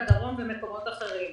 הדרום ובמקומות אחרים.